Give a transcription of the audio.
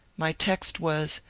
my text was,